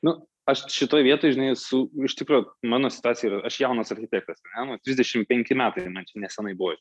nu aš šitoj vietoj žinai esu iš tikro mano situacija yra aš jaunas architektas a ne man trisdešimt penki metai man čia nesenai buvo